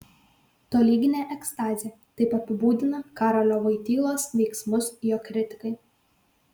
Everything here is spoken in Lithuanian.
tolyginė ekstazė taip apibūdina karolio voitylos veiksmus jo kritikai